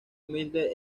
humilde